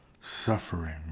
suffering